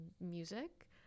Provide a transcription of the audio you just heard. music